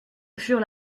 furent